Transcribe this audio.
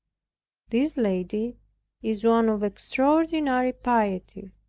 this lady is one of extraordinary piety,